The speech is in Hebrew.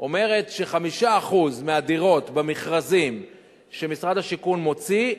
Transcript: הצעת החוק אומרת ש-5% מהדירות במכרזים שמשרד השיכון מוציא,